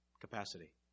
capacity